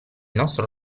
nostro